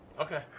Okay